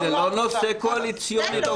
זה לא נושא קואליציוני.